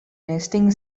nesting